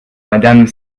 madame